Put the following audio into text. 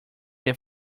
that